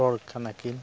ᱦᱚᱲ ᱠᱟᱱᱟᱠᱤᱱ